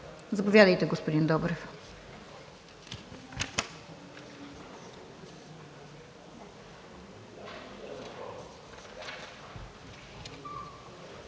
Заповядайте, господин Добрев.